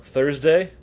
Thursday